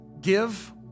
Give